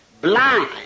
blind